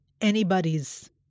anybody's